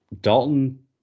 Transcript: Dalton